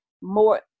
more